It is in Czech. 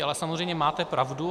Ale samozřejmě máte pravdu.